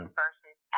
versus